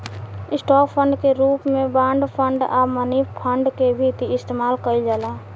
stock fund के रूप में बॉन्ड फंड आ मनी फंड के भी इस्तमाल कईल जाला